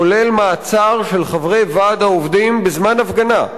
כולל מעצר של חברי ועד העובדים בזמן הפגנה,